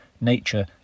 nature